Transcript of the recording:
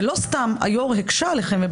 ולא סתם היושב-ראש הקשה עליכם,